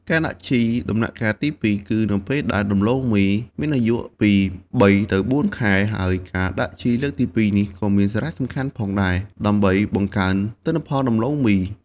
ការដាក់ជីដំណាក់កាលទី២ គឺនៅពេលដែលដំឡូងមីមានអាយុពី ៣ ទៅ ៤ ខែ ហើយការដាក់ជីលើកទីពីរនេះក៏មានសារៈសំខាន់ផងដែរ ដើម្បីបង្កើនទិន្នផលដំឡូងមី។